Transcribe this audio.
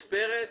היא נספרת,